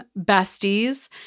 besties